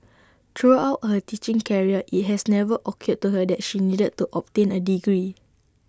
throughout her teaching career IT has never occurred to her that she needed to obtain A degree